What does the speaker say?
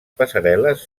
passarel·les